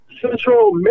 Central